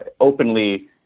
openly